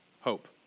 hope